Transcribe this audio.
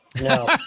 No